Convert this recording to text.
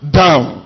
down